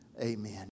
Amen